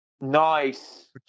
Nice